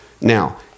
Now